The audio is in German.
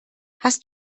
hast